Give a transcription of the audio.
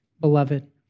beloved